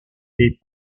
les